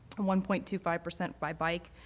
and one point two five percent by bike.